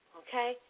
okay